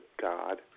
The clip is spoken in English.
God